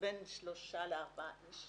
בין שלושה לארבעה איש